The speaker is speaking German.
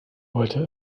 wollte